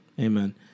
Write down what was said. Amen